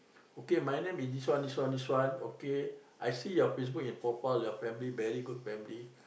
okay my name is this one this one this one okay I see your Facebook in profile your family very good family